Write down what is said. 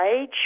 age